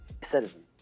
citizen